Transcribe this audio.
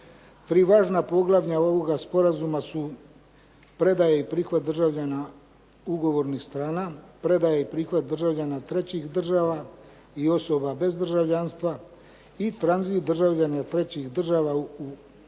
Tri važna poglavlja ovoga sporazuma su predaja i prihvat državljana ugovornih strana, predaja i prihvat državljana trećih država i osoba bez državljanstva i tranzit državljana trećih država. U ovim